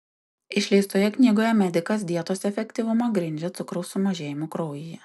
išleistoje knygoje medikas dietos efektyvumą grindžia cukraus sumažėjimu kraujyje